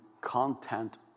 content